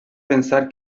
pensar